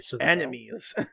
enemies